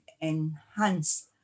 enhance